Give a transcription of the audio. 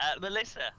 Melissa